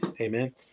amen